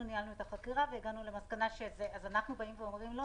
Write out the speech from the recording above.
ניהלנו איתה חקירה והגענו למסקנה אז אנחנו אומרים לו,